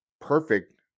perfect